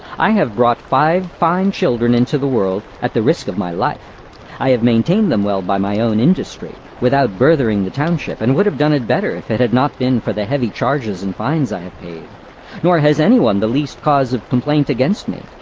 i have brought five fine children into the world, at the risque of my life i have maintained them well by my own industry, without burdening the township, and would have done it better, if it had not been for the heavy charges and fines i have paid nor has anyone the least cause of complaint against me,